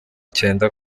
icyenda